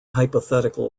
hypothetical